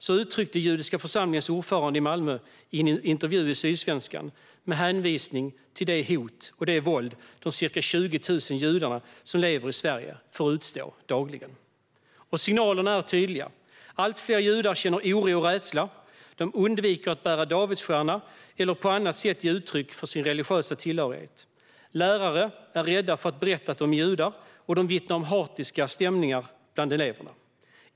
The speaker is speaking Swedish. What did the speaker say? Så uttryckte sig den judiska församlingens ordförande i Malmö i en intervju i Sydsvenskan med hänvisning till de hot och det våld som de ca 20 000 judar som lever i Sverige får utstå dagligen. Och signalerna är tydliga. Allt fler judar känner oro och rädsla. De undviker att bära davidsstjärna eller att på annat sätt ge uttryck för sin religiösa tillhörighet. Lärare är rädda för att berätta att de är judar och vittnar om hatiska stämningar bland eleverna.